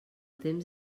temps